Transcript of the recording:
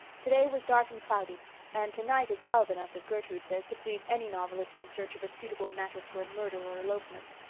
today was dark and cloudy and tonight is wild enough, as gertrude says, to please any novelist in search of suitable matter for a murder or elopement.